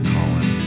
Colin